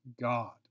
God